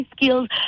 skills